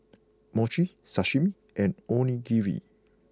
Mochi Sashimi and Onigiri